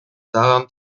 daran